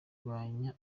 kurwanya